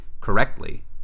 correctly